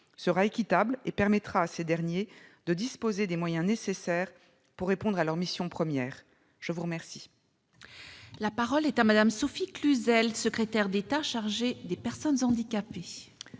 sera équitable et permettra à ces derniers de disposer des moyens nécessaires pour répondre à leur mission première ? La parole est à Mme la secrétaire d'État chargée des personnes handicapées.